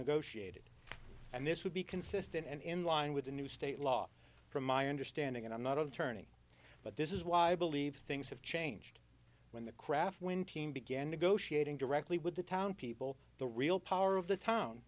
negotiated and this would be consistent and in line with the new state law from my understanding and i'm not of turning but this is why i believe things have changed when the craft when team began negotiating directly with the town people the real power of the town